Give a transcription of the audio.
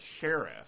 sheriff